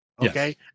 Okay